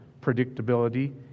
predictability